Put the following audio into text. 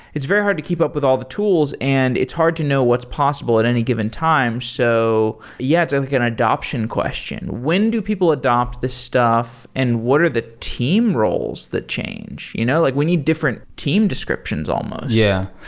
it's very hard to keep up with all the tools and it's hard to know what's possible at any given time. so yeah, it's and like an adaption question. when do people adapt this stuff and what are the team roles that change? you know like we need different team descriptions almost. yeah,